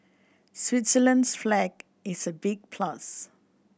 Switzerland's flag is a big plus